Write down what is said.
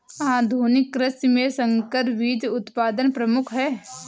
आधुनिक कृषि में संकर बीज उत्पादन प्रमुख है